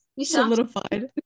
solidified